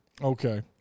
Okay